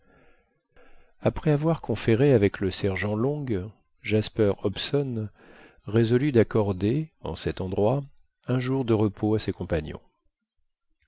après avoir conféré avec le sergent long jasper hobson résolut d'accorder en cet endroit un jour de repos à ses compagnons